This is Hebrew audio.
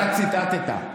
אתה ציטטת,